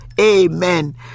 Amen